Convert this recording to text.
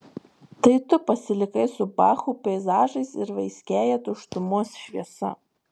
tai tu pasilikai su bachu peizažais ir vaiskiąja tuštumos šviesa